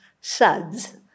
suds